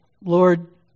Lord